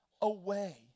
away